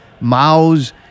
Mao's